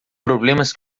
problemas